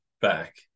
back